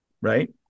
Right